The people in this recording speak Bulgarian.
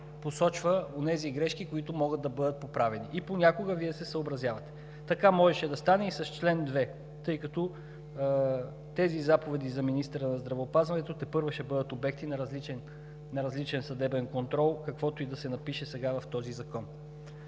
посочва онези грешки, които могат да бъдат поправени. Понякога Вие се съобразявате. Така можеше да стане и с чл. 2, тъй като тези заповеди за министъра на здравеопазването тепърва ще бъдат обекти на различен съдебен контрол, каквото и да се напише сега в този закон.